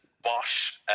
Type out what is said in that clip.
Bosch